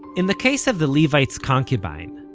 in the case of the levite's concubine,